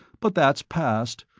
but that's passed.